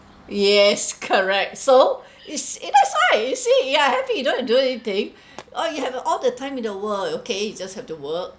yes correct so it's eh that's why you see you are happy you don't have to do anything all you have all the time in the world okay you just have to work